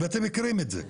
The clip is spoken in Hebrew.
אתם מכירים את זה,